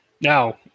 Now